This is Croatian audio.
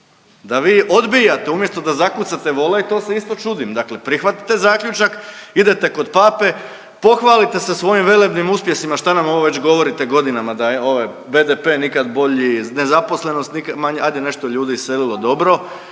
da vi odbijate umjesto da zakucate vola i to se isto čudim, dakle prihvatite zaključak, idete kod pape, pohvalite se svojim velebnim uspjesima, šta nam ovo već govorite godinama da je ovaj BDP nikad bolji, nezaposlenost nikad manja, ajde nešto ljudi je iselilo, dobro